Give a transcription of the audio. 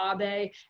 Abe